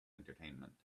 entertainment